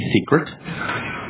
secret